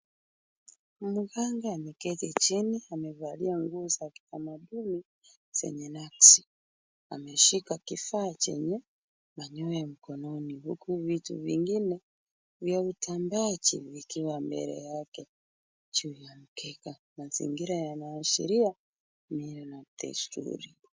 Mganga ameketi chini amevalia nguo za kitamaduni zenye nakshi. Ameshika kifaa chenye manyoya mkononi huku vitu vingine vya utambaji vikiwa mbele yake juu ya mkeka. Mazingira yanaashiria mila na desturi.